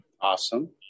Awesome